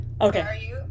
okay